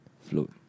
Float